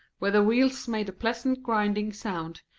where the wheels made a pleasant grinding sound,